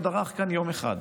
לא דרך כאן יום אחד,